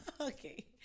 Okay